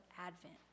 Advent